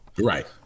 Right